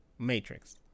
Matrix